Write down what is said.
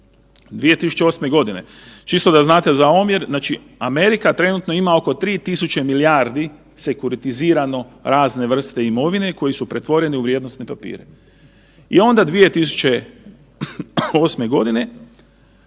2008., čisto da znate za omjer. Znači Amerika ima trenutno ima oko 3000 milijardi sekuritizrano razne vrste imovine koji su pretvorene u vrijednosne papire. I onda 2008. godine